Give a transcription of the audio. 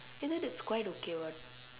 eh then that's quite okay what